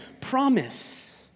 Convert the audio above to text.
promise